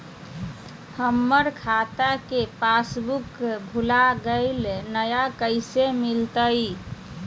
हमर खाता के पासबुक भुला गेलई, नया कैसे मिलतई?